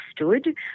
understood